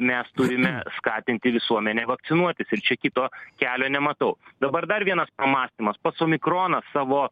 mes turime skatinti visuomenę vakcinuotis ir čia kito kelio nematau dabar dar vienas pamąstymas pats omikronas savo